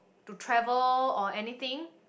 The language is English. to travel or anything